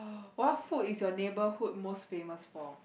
what food is your neighbourhood most famous for